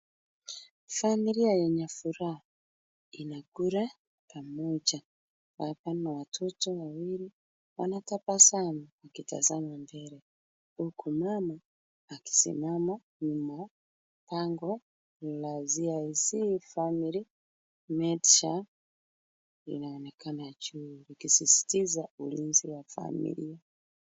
Familia yenye furaha inakula pamoja, wako na watoto wawili wanatabasamu wakitazama mbele huku mama akisimama nyuma. Bango la CIC Family Medisure inaonekana juu ukisisitiza ulinzi wa familia.